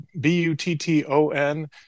B-U-T-T-O-N